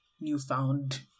newfound